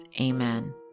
Amen